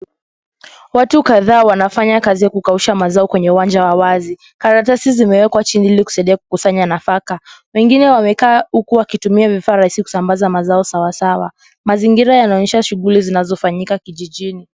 Watu kadhaa wanafanya kazi ya kukausha mazao kwenye uwanja wa wazi. Karatasi zimewekwa chini ili kusaidia kukusanya nafaka. Wengine wamekaa huku wakitumia vifaa rahisi kusambaza mazao sawasawa. Mazingira yanaonyesha shughuli zinazofanyika kijijini.